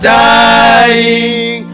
dying